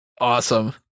Awesome